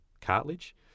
cartilage